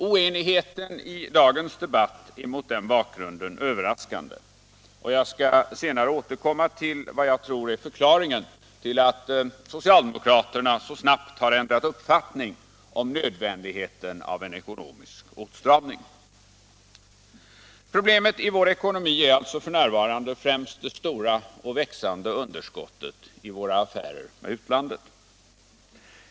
Oenigheten i dagens debatt är mot den bakgrunden överraskande, och jag skall senare återkomma till vad jag tror är förklaringen till att socialdemokraterna så snabbt har ändrat uppfattning om nödvändigheten av en ekonomisk åtstramning. Problemet i vår ekonomi är alltså f. n. främst det stora och växande underskottet i våra affärer med utlandet.